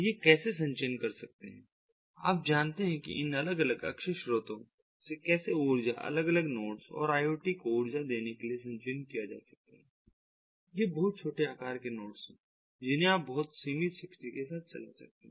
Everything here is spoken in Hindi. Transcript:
ये कैसे संचयन कर सकते हैं आप जानते हैं कि इन अलग अलग अक्षय स्रोतों से कैसे ऊर्जा अलग अलग नोड्स और IoT को ऊर्जा देने के लिए संचयन किया जा सकता है ये बहुत छोटे आकार के नोड्स हैं जिन्हें आप बहुत सीमित शक्ति के साथ संचालित कर सकते हैं